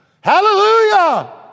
Hallelujah